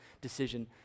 decision